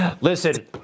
Listen